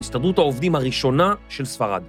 ‫הסתרדות העובדים הראשונה של ספרד.